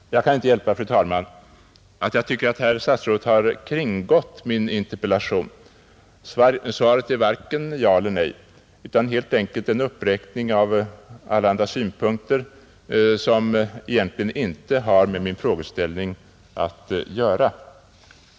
Jag kan inte hjälpa, fru talman, att jag tycker att herr statsrådet har kringgått min interpellation. Svaret är varken ja eller nej, utan helt enkelt en uppräkning av allehanda synpunkter, som egentligen inte har med min frågeställning att göra.